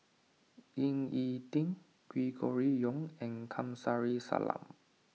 Ying E Ding Gregory Yong and Kamsari Salam